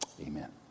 amen